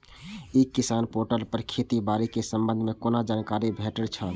ई किसान पोर्टल पर खेती बाड़ी के संबंध में कोना जानकारी भेटय छल?